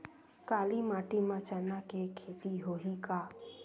काली माटी म चना के खेती होही का?